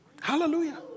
Hallelujah